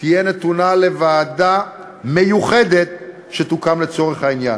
תהיה נתונה לוועדה מיוחדת שתוקם לצורך העניין.